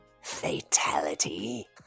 fatality